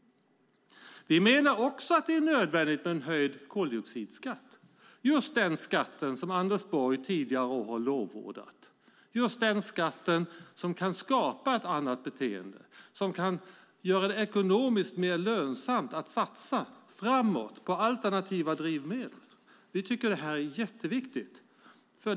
Vi menar också att det är nödvändigt med en höjd koldioxidskatt - just den skatt som Anders Borg tidigare har lovordat och som kan skapa ett annat beteende och göra det ekonomiskt mer lönsamt att satsa framåt på alternativa drivmedel. Vi tycker att det här är jätteviktigt.